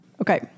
Okay